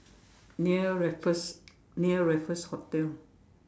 near Raffles near Raffles hotel